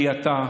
במליאתה,